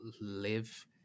live